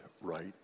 right